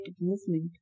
movement